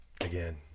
Again